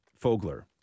Fogler